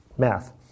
Math